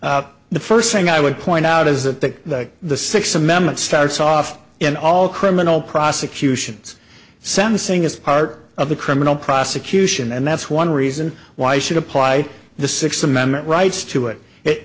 sentencing the first thing i would point out is that the sixth amendment starts off in all criminal prosecutions sentencing as part of the criminal prosecution and that's one reason why should apply the sixth amendment rights to it i